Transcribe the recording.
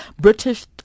British